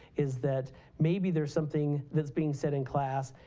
is that maybe there's something that's being said in class.